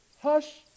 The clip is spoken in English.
hush